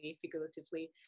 figuratively